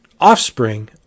offspring